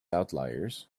outliers